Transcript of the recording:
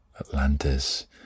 Atlantis